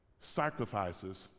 sacrifices